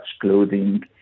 clothing